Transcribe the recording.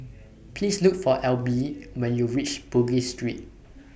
Please Look For Elby when YOU REACH Bugis Street